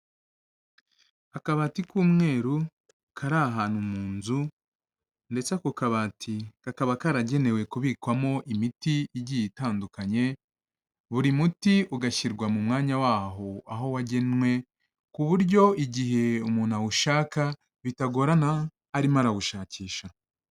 Akabati k'umweru, kari ahantu mu nzu, ndetse ako kabati kakaba karagenewe kubikwamo imiti igiye itandukanye, buri muti ugashyirwa mu mwanya wawo aho wagenwe, ku buryo igihe umuntu awushaka, bitagorana arimo arawushakisha.